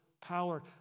power